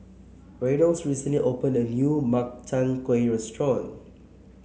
Reynolds recently opened a new Makchang Gui restaurant